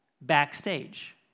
backstage